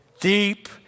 deep